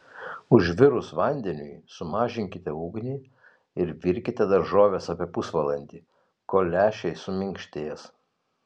užvirus vandeniui sumažinkite ugnį ir virkite daržoves apie pusvalandį kol lęšiai suminkštės